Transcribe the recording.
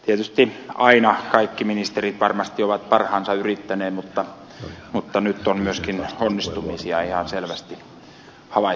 tietysti aina kaikki ministerit varmasti ovat parhaansa yrittäneet mutta nyt on myöskin onnistumisia ihan selvästi havaittavissa